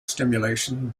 stimulation